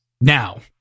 now